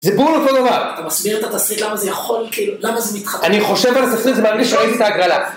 זה בול אותו דבר. אתה מסביר את התסריט למה זה יכול, כאילו, למה זה מתחתן. אני חושב על התסריט, ברגע שראיתי את ההגרלה.